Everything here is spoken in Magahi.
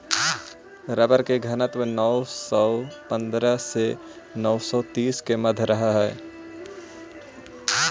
रबर के घनत्व नौ सौ पंद्रह से नौ सौ तीस के मध्य रहऽ हई